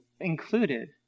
included